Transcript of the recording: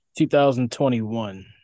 2021